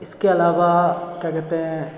इसके अलावा क्या कहते हैं